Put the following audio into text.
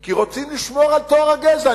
כי רוצים לשמור על טוהר הגזע,